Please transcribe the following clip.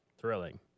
Thrilling